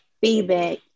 feedback